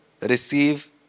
receive